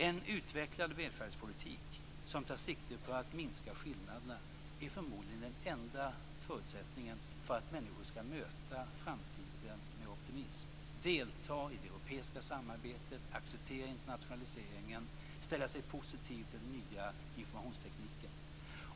En utvecklad välfärdspolitik som tar sikte på att minska skillnaderna är förmodligen den enda förutsättningen för att människor skall möta framtiden med optimism, delta i det europeiska samarbetet, acceptera internationaliseringen och ställa sig positiva till den nya informationstekniken.